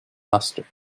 mustard